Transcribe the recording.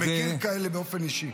אני מכיר כאלה באופן אישי.